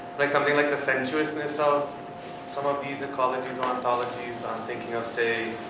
like something like the sensuousness of some of these ecologies or ontologies, i'm thinking of say